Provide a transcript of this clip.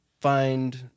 find